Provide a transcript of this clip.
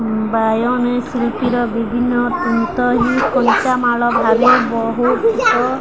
ବୟନ ଶିଳ୍ପୀର ବିଭିନ୍ନ ତନ୍ତ ହିଁ କଞ୍ଚମାଲ ଭାବେ ବହୁତ